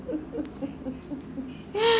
ya